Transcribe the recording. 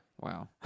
Wow